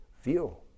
feel